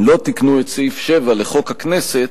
לא תיקנו את סעיף 7 לחוק הכנסת,